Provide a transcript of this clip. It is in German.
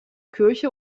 kirche